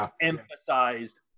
emphasized